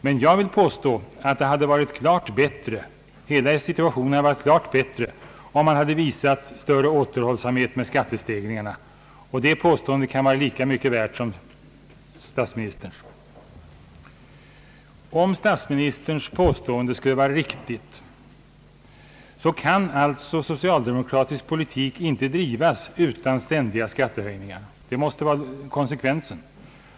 Men jag vill påstå att hela situationen hade varit klart bättre om man hade visat större återhållsamhet med skattestegringarna, och det påståendet kan vara lika mycket värt som statsministerns. vara riktigt, kan alltså socialdemokratisk politik inte drivas utan ständiga skattehöjningar. Det måste vara konsekvensen.